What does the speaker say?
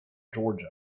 georgia